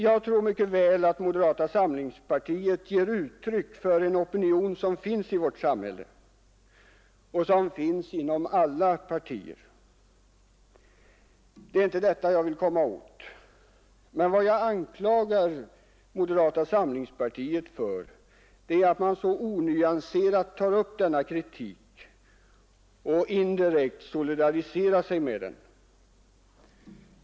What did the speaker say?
Jag tror mycket väl att moderata samlingspartiet ger uttryck för en opinion som finns i vårt samhälle och som finns inom alla partier — det är inte detta jag vill komma åt. Men vad jag anklagar moderata samlingspartiet för är att man så onyanserat tar upp denna kritik och indirekt solidariserar sig med den.